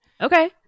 okay